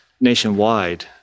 nationwide